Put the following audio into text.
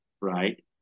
right